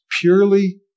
purely